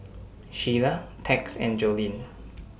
Shiela Tex and Joleen